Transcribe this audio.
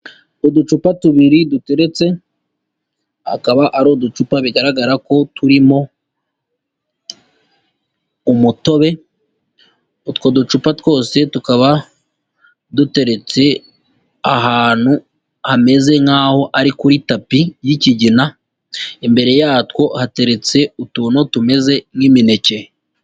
Uducupa tubiri duteretse, akaba ari uducupa bigaragara ko turimo umutobe, utwo ducupa twose tukaba duteretse ahantu hameze nk'aho ari kuri tapi y'ikigina, imbere yatwo hateretse utuntu tumeze nk'imineke.